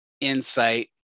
insight